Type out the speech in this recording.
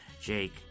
Jake